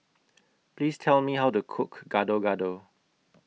Please Tell Me How to Cook Gado Gado